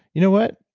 you know what?